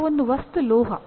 ಕೇವಲ ಒಂದು ವಸ್ತು ಲೋಹ